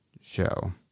show